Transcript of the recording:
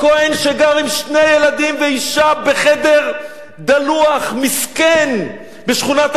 שגר עם שני ילדים ואשה בחדר דלוח מסכן בשכונת-הארגזים,